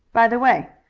by the way,